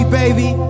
baby